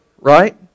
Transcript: right